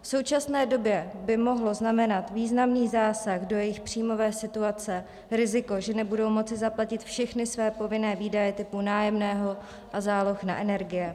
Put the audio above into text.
V současné době by mohlo znamenat významný zásah do jejich příjmové situace riziko, že nebudou moci zaplatit všechny své povinné výdaje typu nájemného a záloh na energie.